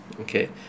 okay